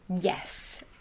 yes